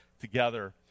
together